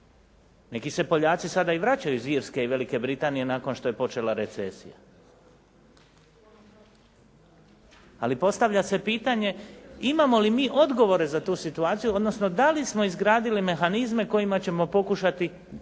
Neki se Poljaci sada i vraćaju iz Irske i Velike Britanije nakon što je počela recesija. Ali postavlja se pitanje imamo li mi odgovore za tu situaciju odnosno da li smo izgradili mehanizme kojima ćemo pokušati